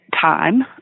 time